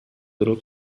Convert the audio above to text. little